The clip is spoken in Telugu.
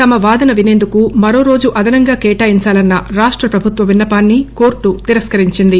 తమ వాదన విసేందుకు మరో రోజు అదనంగా కేటాయించాలన్న రాష్ట ప్రభుత్వ విన్నపాన్ని కోర్టు తిరస్కరించింది